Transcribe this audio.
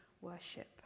worship